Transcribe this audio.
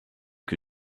que